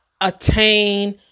attain